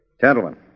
Gentlemen